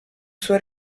suo